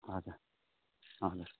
हजुर हजुर